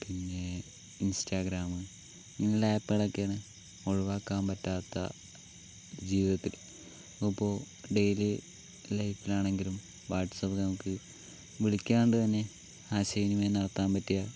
പിന്നെ ഇൻസ്റ്റാഗ്രാം ഇങ്ങനെയുള്ള ആപ്പുകളൊക്കെയാണ് ഒഴിവാക്കാൻ പറ്റാത്ത ജീവിതത്തിൽ ഇപ്പോൾ ഡെയിലി ലൈഫിലാണെങ്കിലും വാട്സാപ്പ് നമുക്ക് വിളിക്കാണ്ട് തന്നെ ആശയ വിനിമയം നടത്താൻ പറ്റിയ